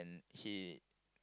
he